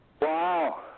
Wow